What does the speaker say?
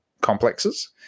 complexes